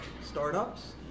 startups